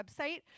website